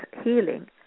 healing